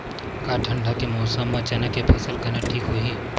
का ठंडा के मौसम म चना के फसल करना ठीक होही?